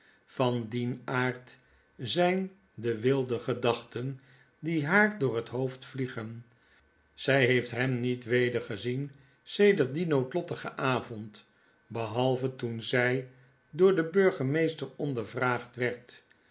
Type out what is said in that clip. van dien aard zijn de wilde gedachten die haar door het hoofd vliegen zij heeft hem niet weder gezien sedert dien noodiottigen avond behalve toen zij door den burgemeester ondervraagd werd